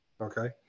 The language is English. Okay